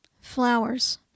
Flowers